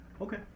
Okay